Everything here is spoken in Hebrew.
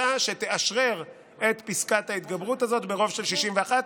והיא תאשרר את פסקת ההתגברות הזאת ברוב של 61,